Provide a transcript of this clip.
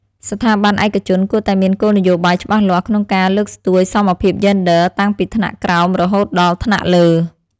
ស្ថាប័នឯកជនគួរតែមានគោលនយោបាយច្បាស់លាស់ក្នុងការលើកស្ទួយសមភាពយេនឌ័រតាំងពីថ្នាក់ក្រោមរហូតដល់ថ្នាក់លើ។